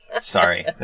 sorry